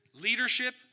leadership